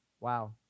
Wow